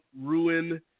ruin